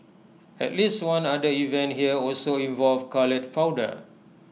at least one other event here also involved coloured powder